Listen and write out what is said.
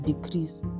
decrease